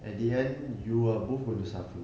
at the end you are both gonna suffer